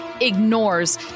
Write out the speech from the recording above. ignores